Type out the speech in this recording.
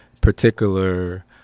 particular